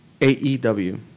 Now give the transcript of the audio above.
AEW